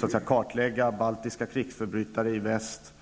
för att kartlägga baltiska krigsförbrytare i väst.